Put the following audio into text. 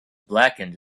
blackened